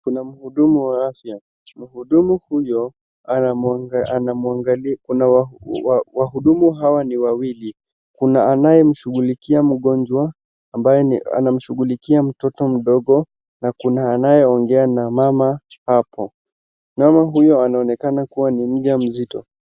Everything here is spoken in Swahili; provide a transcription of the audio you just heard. Kuna mhudumu wa afya. Wahudumu hawa ni wawili, kuna anayemshughulikia mtoto mdogo na kuna anayeongea mama hapo. Mama huyo anaonekana kuwa ni mjamzito.